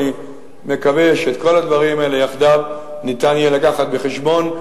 אני מקווה שאת כל הדברים האלה יחדיו ניתן יהיה לקחת בחשבון,